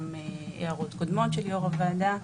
גם הערות קודמות של יו"ר הוועדה.